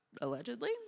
allegedly